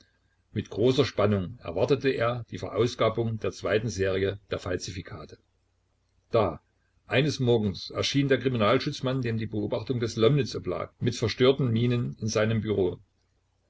mit großer spannung erwartete er die verausgabung der zweiten serie der falsifikate da eines morgens erschien der kriminalschutzmann dem die beobachtung des lomnitz oblag mit verstörten mienen in seinem büro